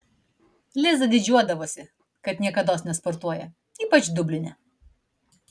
liza didžiuodavosi kad niekados nesportuoja ypač dubline